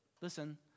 Listen